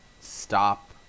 stop